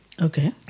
Okay